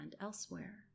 elsewhere